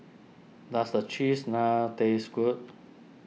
does a Cheese Naan taste good